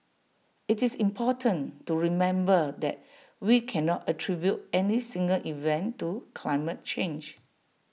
IT is important to remember that we cannot attribute any single event to climate change